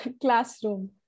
Classroom